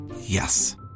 Yes